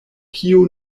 kiu